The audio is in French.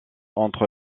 entre